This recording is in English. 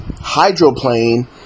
hydroplane